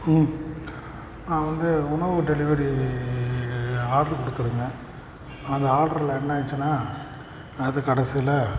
ம் நான் வந்து உணவு டெலிவரி ஆர்டரு கொடுத்துருந்தேன் அந்த ஆர்டரில் என்ன ஆச்சுன்னா அது கடைசியில்